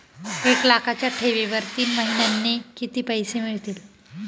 एक लाखाच्या ठेवीवर तीन महिन्यांनी किती पैसे मिळतील?